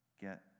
Get